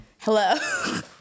hello